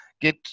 get